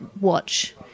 watch